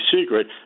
secret